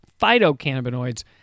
phytocannabinoids